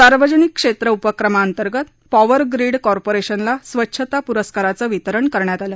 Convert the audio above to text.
सार्वजनिक क्षेत्र उपक्रमाअंतर्गत पॉवर ग्रीड कॉर्पोरेशनला स्वच्छता पुरस्काराचं वितरण करण्यात आलं